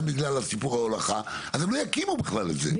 בגלל סיפור ההולכה אז הם לא יקימו בכלל את זה,